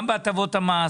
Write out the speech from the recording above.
גם בהטבות המס,